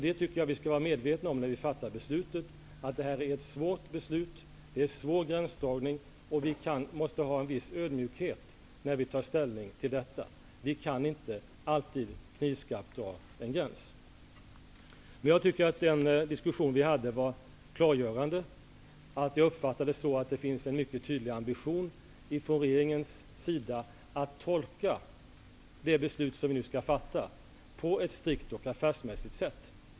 Det tycker jag att vi skall vara medvetna om när vi fattar beslutet. Detta är ett svårt beslut. Det är en svår gränsdragning. Vi måste ha en viss ödmjukhet när vi tar ställning till detta. Vi kan inte alltid knivskarpt dra en gräns. Jag tycker att den diskussion vi hade var klargörande. Jag uppfattade att det finns en mycket tydlig ambition från regeringens sida att tolka det beslut vi nu skall fatta på ett strikt och affärsmässigt sätt.